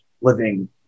living